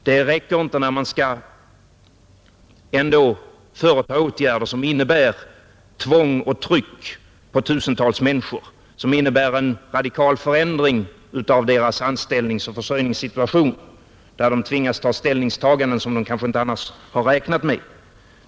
Det räcker inte när man ändå skall vidta åtgärder som innebär tvång och tryck på tusentals människor, som innebär en radikal förändring av deras anställningsoch försörjningssituation där de tvingas till ställningstaganden som de annars kanske inte räknat med.